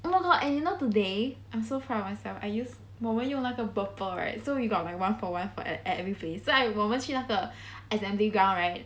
no no and you know today I'm so proud of myself I use 我们用那个 Burpple right so we got like one for one for at every place so 我们去那个 assembly ground right